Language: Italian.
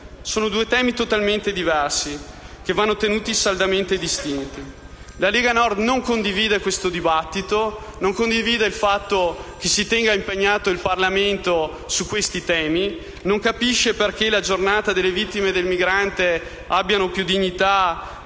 di due temi totalmente diversi, che vanno tenuti saldamente distinti. La Lega Nord non condivide questo dibattito; non condivide il fatto che si tenga impegnato il Parlamento su siffatti temi; non capisce perché la Giornata delle vittime dell'immigrazione abbia più dignità